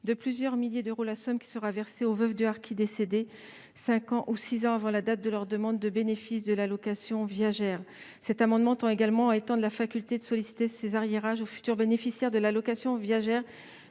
de plusieurs milliers d'euros la somme versée aux veuves de harkis décédés cinq ou six ans avant la date de leur demande de bénéfice de l'allocation viagère. Cet amendement tend également à étendre la faculté de solliciter ces arrérages aux futurs bénéficiaires de l'allocation viagère